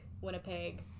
winnipeg